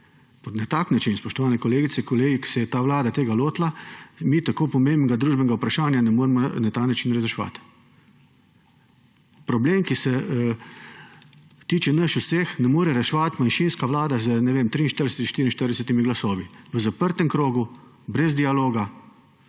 Na tak način, spoštovane kolegice in kolegi, na kakršnega se je ta vlada tega lotila, mi tako pomembnega družbenega vprašanja ne moremo na ta način razreševati. Problema, ki se tiče nas vseh, ne more reševati manjšinska vlada z, ne vem, 43, 44 glasovi v zaprtem krogu brez dialoga.